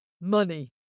Money